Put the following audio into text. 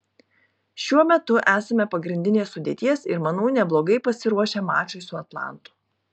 šiuo metu esame pagrindinės sudėties ir manau neblogai pasiruošę mačui su atlantu